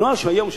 הנוהל של היום,